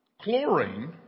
Chlorine